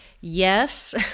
Yes